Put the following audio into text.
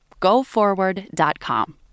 GoForward.com